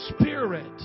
Spirit